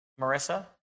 Marissa